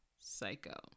psycho